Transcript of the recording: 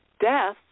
death